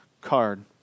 card